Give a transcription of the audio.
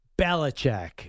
Belichick